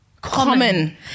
Common